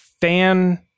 Fan